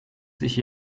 sich